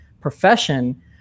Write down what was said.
profession